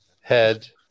head